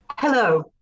Hello